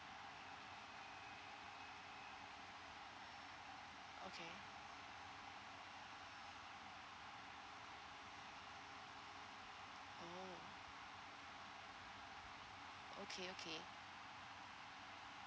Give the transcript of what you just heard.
okay okay